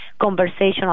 conversational